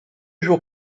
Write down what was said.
jours